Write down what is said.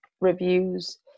reviews